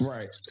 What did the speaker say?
Right